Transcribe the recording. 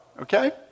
Okay